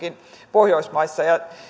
pohjoismaissa ja